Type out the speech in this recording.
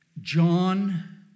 John